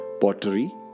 pottery